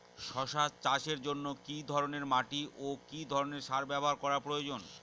শশা চাষের জন্য কি ধরণের মাটি ও কি ধরণের সার ব্যাবহার করা প্রয়োজন?